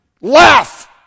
laugh